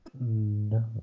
No